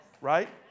Right